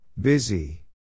Busy